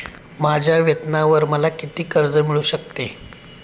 माझ्या वेतनावर मला किती कर्ज मिळू शकते?